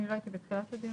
אני לא הייתי בתחילת הדיון.